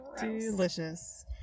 Delicious